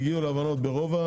הגיעו להבנות ברוב,